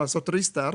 לעשות ריסטרט,